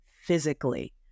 physically